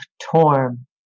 Torm